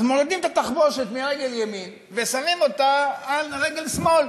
אז מורידים את התחבושת מרגל ימין ושמים אותה על רגל שמאל.